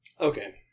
Okay